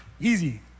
Easy